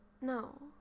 No